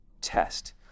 test